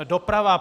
Doprava.